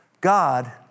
God